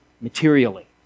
materially